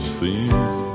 seems